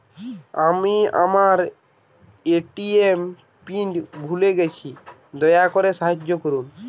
আমি আমার ATM PIN ভুলে গেছি, দয়া করে সাহায্য করুন